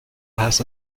has